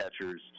catchers